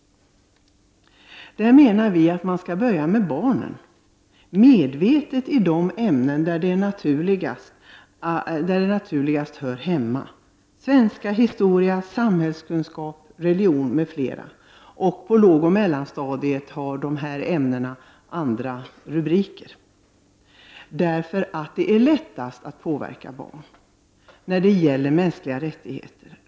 Här gäller det att främst tänka på barnen och ge dem undervisning i ämnen som svenska, historia, samhällskunskap och religion. På lågoch mellanstadiet har dessa ämnen andra rubriker. Det är lättast att påverka barnen i frågor som rör mänskliga rättigheter.